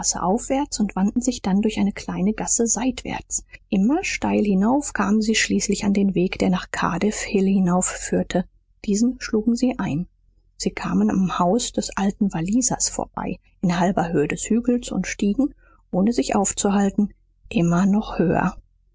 aufwärts und wandten sich dann durch eine kleine gasse seitwärts immer steil hinauf kamen sie schließlich an den weg der nach cardiff hill hinaufführte diesen schlugen sie ein sie kamen am haus des alten wallisers vorbei in halber höhe des hügels und stiegen ohne sich aufzuhalten immer noch höher